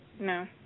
no